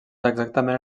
exactament